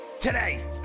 Today